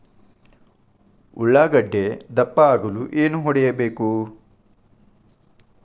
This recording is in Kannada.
ಉಳ್ಳಾಗಡ್ಡೆ ದಪ್ಪ ಆಗಲು ಏನು ಹೊಡಿಬೇಕು?